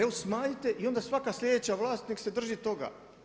Evo smanjite i onda svaka slijedeća vlast nek' se drži toga.